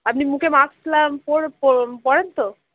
আপনি মুখে মাস্ক লা পরেন তো